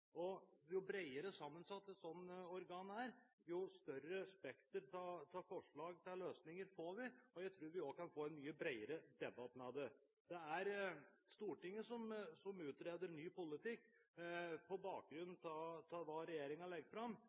Jo bredere sammensatt et sånt organ er, jo større spekter av forslag til løsninger får vi, og jeg tror vi også kan få en mye bredere debatt. Det er Stortinget som utreder ny politikk på bakgrunn av hva regjeringen legger fram.